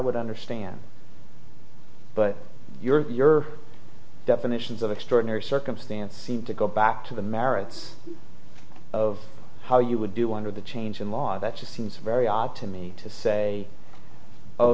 would understand but your definitions of extraordinary circumstance seem to go back to the merits of how you would do under the change in law that just seems very odd to me to say oh